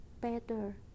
better